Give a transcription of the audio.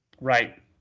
Right